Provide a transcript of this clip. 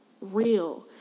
real